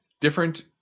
different